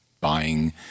buying